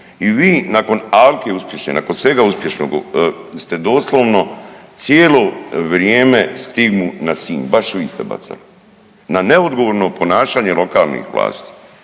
I vi nakon Alke uspješne, nakon svega uspješnog ste doslovno cijelo vrijeme stigmu na Sinj, baš vi ste bacali na neodgovorno ponašanje lokalnih vlasti.